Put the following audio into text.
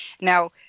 Now